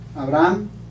Abraham